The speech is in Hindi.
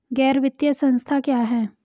गैर वित्तीय संस्था क्या है?